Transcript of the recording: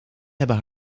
hebben